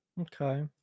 Okay